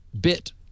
bit